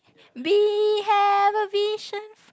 we have a vision